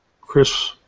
Chris